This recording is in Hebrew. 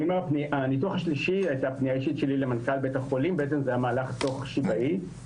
זה בעצם היה מהלך תוך שיבאי,